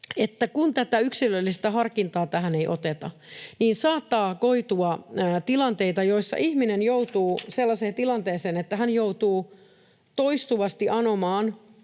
että kun tätä yksilöllistä harkintaa tähän ei oteta, niin saattaa koitua tilanteita, joissa ihminen joutuu sellaiseen tilanteeseen, että hän joutuu toistuvasti anomaan